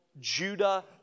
Judah